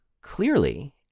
clearly